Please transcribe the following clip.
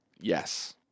Yes